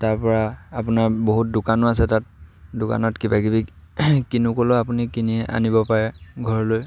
তাৰপৰা আপোনাৰ বহুত দোকানো আছে তাত দোকানত কিবা কিবি কিনো ক'লেও আপুনি কিনি আনিব পাৰে ঘৰলৈ